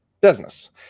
business